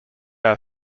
are